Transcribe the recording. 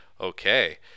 Okay